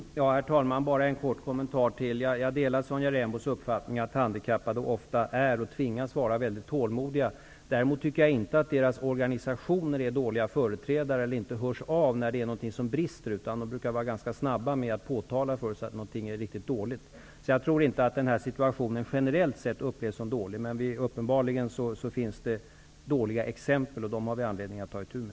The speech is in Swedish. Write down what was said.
Herr talman! Jag vill bara göra en kort kommentar. Jag delar Sonja Rembos uppfattning att handikappade ofta är och tvingas vara mycket tålmodiga. Däremot tycker jag inte att deras organisationer är dåliga företrädare eller att de inte hör av sig när någonting brister, utan de brukar vara ganska snabba att påtala sådant som är riktigt dåligt. Jag tror alltså inte att situationen generellt sett upplevs som dålig, men uppenbarligen finns det dåliga exempel, som vi har anledning att ta itu med.